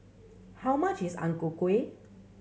how much is Ang Ku Kueh